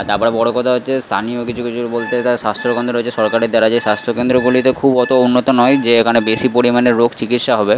আর তারপরে বড়ো কথা হচ্ছে স্থানীয় কিছু কিছু বলতে গেলে স্বাস্থ কেন্দ্র রয়েছে সরকারের দ্বারা যে স্বাস্থ কেন্দ্রগুলিওতে খুব অতো উন্নত নয় যে এখানে বেশি পরিমাণে রোগ চিকিৎসা হবে